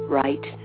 right